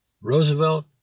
Roosevelt